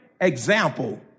example